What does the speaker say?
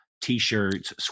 t-shirts